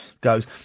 goes